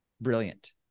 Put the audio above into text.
Brilliant